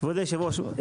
כבוד היושב ראש,